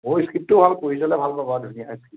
মোৰ স্ক্ৰিপ্টটো ভাল পঢ়ি চালে ভাল পাবা ধুনীয়া স্ক্ৰিপ্ট